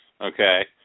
Okay